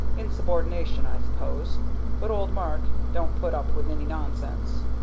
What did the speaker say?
insubordination, i suppose but old mark don't put up with any nonsense.